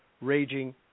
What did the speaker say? raging